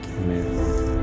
Amen